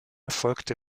erfolgte